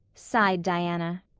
sighed diana.